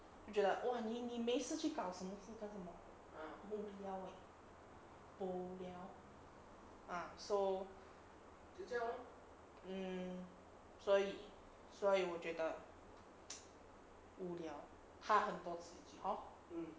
就觉得 !wah! 你你你你没事去搞什么事干什么 bo liao eh 你 bo liao ah so mm 所以所以我觉得无聊他很多此一举 hor